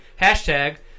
hashtag